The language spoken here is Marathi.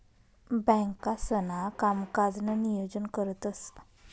बँकांसणा कामकाजनं नियोजन करतंस